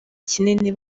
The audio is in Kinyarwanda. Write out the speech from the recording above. kinini